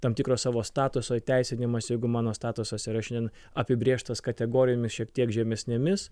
tam tikro savo statuso įteisinimas jeigu mano statusas yra šiandien apibrėžtas kategorijomis šiek tiek žemesnėmis